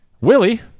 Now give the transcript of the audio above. Willie